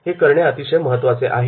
हे करणे अतिशय महत्त्वाचे आहे